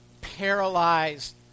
paralyzed